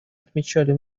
отмечали